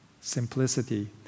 simplicity